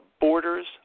borders